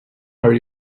are